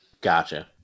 Gotcha